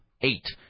eight